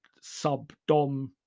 subdom